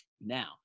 Now